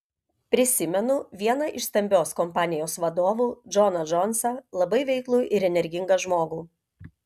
prisimenu vieną iš stambios kompanijos vadovų džoną džonsą labai veiklų ir energingą žmogų